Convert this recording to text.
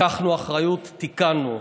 לקחנו אחריות, תיקנו,